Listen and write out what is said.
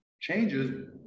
changes